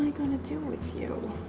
going to do with you?